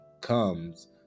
comes